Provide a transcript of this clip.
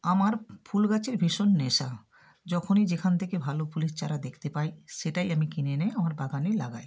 আমার ফুল গাছের ভীষণ নেশা যখনই যেখান থেকে ভালো ফুলের চারা দেখতে পাই সেটাই আমি কিনে এনে আমার বাগানে লাগাই